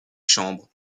chambres